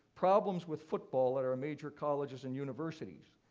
problems with football in our major colleges and universities.